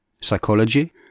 psychology